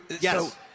yes